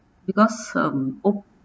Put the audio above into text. because um op~